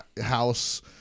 house